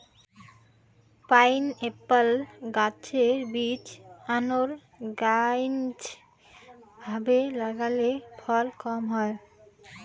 pineapple গাছের বীজ unorganised ভাবে লাগালে ফলন কম হয়